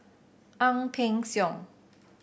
Ang Peng Siong